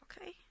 Okay